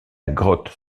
grotte